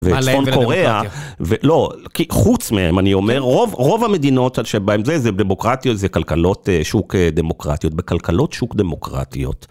וצפון קוריאה, ולא, חוץ מהם אני אומר, רוב המדינות על שבהם זה דמוקרטיות, זה כלכלות שוק דמוקרטיות, בכלכלות שוק דמוקרטיות.